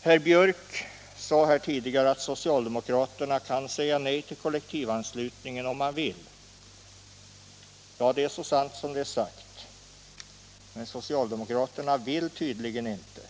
Herr Björck i Nässjö nämnde här tidigare att socialdemokraterna kan säga nej till kollektivanslutningen om man vill. Ja, det är så sant som det är sagt. Men socialdemokraterna vill tydligen inte,